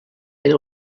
era